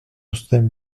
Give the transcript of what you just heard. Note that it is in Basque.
uzten